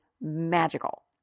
magical